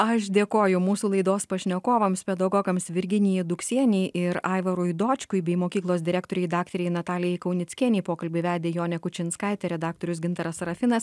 aš dėkoju mūsų laidos pašnekovams pedagogams virginijai duksienei ir aivarui dočkui bei mokyklos direktorei daktarei natalijai kaunickienei pokalbį įvedė jonė kučinskaitė redaktorius gintaras sarafinas